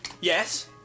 Yes